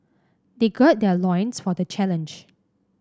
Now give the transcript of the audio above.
they gird their loins for the challenge